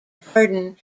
pardon